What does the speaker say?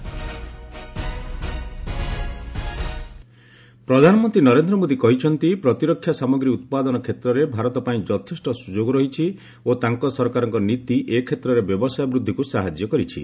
defence expo ପ୍ରଧାନମନ୍ତ୍ରୀ ନରେନ୍ଦ୍ର ମୋଦୀ କହିଛନ୍ତି ପ୍ରତିରକ୍ଷା ସାମଗ୍ରୀ ଉତ୍ପାଦନ କ୍ଷେତ୍ରରେ ଭାରତ ପାଇଁ ଯଥେଷ୍ଟ ସୁଯୋଗ ରହିଛି ଓ ତାଙ୍କ ସରକାରଙ୍କ ନୀତି ଏ କ୍ଷେତ୍ରରେ ବ୍ୟବସାୟ ବୃଦ୍ଧିକୁ ସାହାଯ୍ୟ କରିଛି